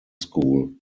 school